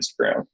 instagram